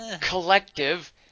Collective